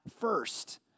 first